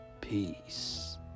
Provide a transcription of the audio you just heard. peace